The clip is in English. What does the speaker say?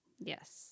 Yes